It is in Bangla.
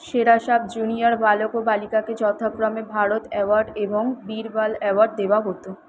সেরা সাবজুনিয়র বালক ও বালিকাকে যথাক্রমে ভারত অ্যাওয়ার্ড এবং বীর বাল অ্যাওয়ার্ড দেওয়া হতো